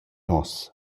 nos